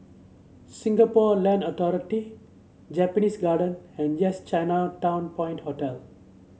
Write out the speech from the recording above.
Singapore Land Authority Japanese Garden and Yes Chinatown Point Hotel